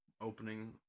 Opening